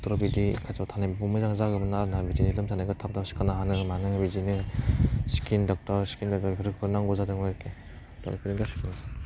डक्टरा बिदि खाथियाव थानाय मोनबा मोजां जागौमोन आरो ना बिदिनो लोमजानायखौ थाब थाब सिखारनो हानो मानो बिदिनो सिखिन डक्टर स्किननि डाक्टर बेफोरखौ नांगौ जादोंमोन आरोखि डाक्टार गासिबो